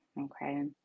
Okay